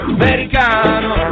americano